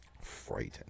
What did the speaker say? frightened